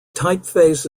typeface